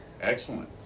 Excellent